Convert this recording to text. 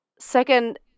Second